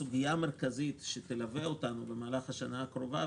סוגיה מרכזית שתלווה אותנו במהלך השנה הקרובה,